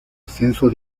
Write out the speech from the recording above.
ascenso